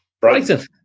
Brighton